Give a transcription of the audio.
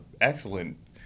excellent